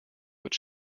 wird